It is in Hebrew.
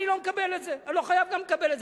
אני לא מקבל את זה, אני גם לא חייב לקבל את זה.